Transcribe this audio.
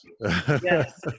Yes